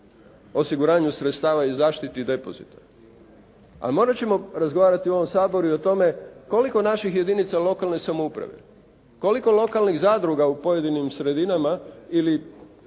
osiguranju sredstava i zaštiti depozita, ali morati ćemo razgovarati u ovom Saboru i o tome koliko naših jedinica lokalne samouprave, koliko lokalnih zadruga u pojedinim sredinama ili